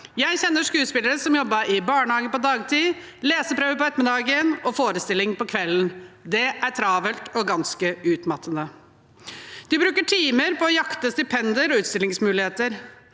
Jeg kjenner skuespillere som jobber i barnehage på dagtid, har leseprøve på ettermiddagen og forestilling på kvelden. Det er travelt og ganske utmattende. De bruker timer på å jakte stipender og utstillingsmuligheter.